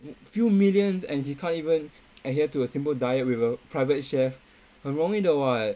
few millions and he can't even adhere to a simple diet with a private chef 很容易的 [what]